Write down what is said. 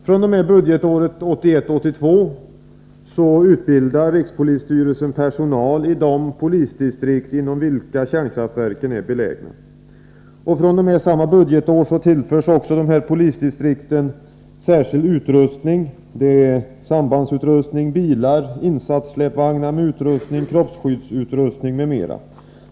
fr.o.m. budgetåret 1981/82 utbildar rikspolisstyrelsen personal i de polisdistrikt inom vilka kärnkraftverken är belägna. fr.o.m. samma budgetår tillförs också dessa polisdistrikt särskild materiel, som sambandsutrustning, bilar, insatssläpvagnar med utrustning, kroppsskyddsutrustning m.m.